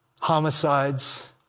homicides